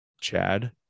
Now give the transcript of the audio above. Chad